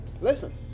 Listen